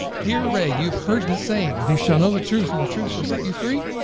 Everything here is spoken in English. dear ray, you've heard the saying you shall know the truth and the truth shall set you free.